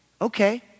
Okay